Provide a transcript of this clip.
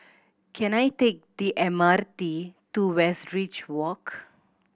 can I take the M R T to Westridge Walk